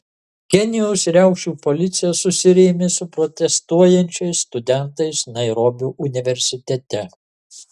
kenijos riaušių policija susirėmė su protestuojančiais studentais nairobio universitete